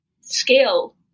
scale